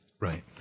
Right